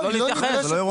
לא להתייחס?